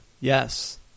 Yes